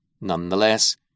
Nonetheless